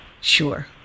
sure